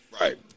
Right